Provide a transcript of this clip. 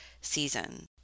season